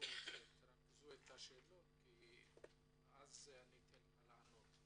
תרכז את השאלות ואז ניתן לך לענות.